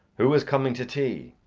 who is coming to tea?